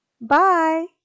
Bye